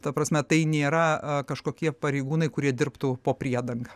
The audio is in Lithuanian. ta prasme tai nėra kažkokie pareigūnai kurie dirbtų po priedanga